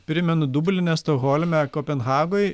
primenu dubline stokholme kopenhagoj